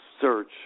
search